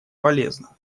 полезно